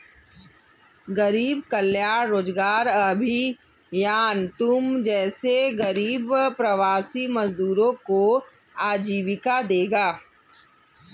गरीब कल्याण रोजगार अभियान तुम जैसे गरीब प्रवासी मजदूरों को आजीविका देगा